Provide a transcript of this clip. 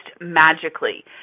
magically